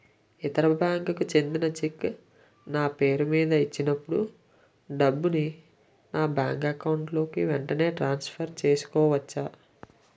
ఇతర బ్యాంక్ కి చెందిన చెక్ నా పేరుమీద ఇచ్చినప్పుడు డబ్బుని నా బ్యాంక్ అకౌంట్ లోక్ వెంటనే ట్రాన్సఫర్ చేసుకోవచ్చా?